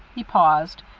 he paused,